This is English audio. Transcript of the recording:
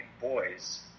boys